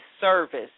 service